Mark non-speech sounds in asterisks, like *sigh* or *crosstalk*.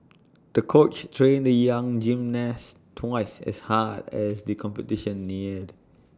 the coach trained the young gymnast twice as hard as the competition *noise* neared